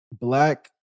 black